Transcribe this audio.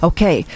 Okay